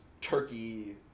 turkey